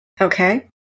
Okay